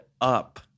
up